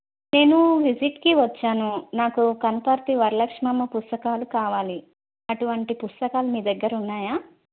నేను విజిట్కి వచ్చాను నాకు కనుపర్తి వరలక్ష్మమ్మ పుస్తకాలు కావాలి అటువంటి పుస్తకాలు మీ దగ్గరున్నాయా